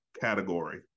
category